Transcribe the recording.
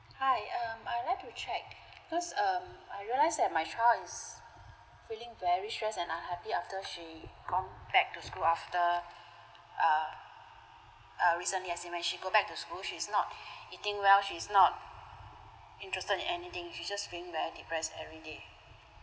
hi um I'd check because um I realised that my child is feeling very stress and unhappy after she gone back to school after err uh recently as and she went back to school she's not eating well she's not interested in anything she just feeling depress everyday